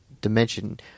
dimension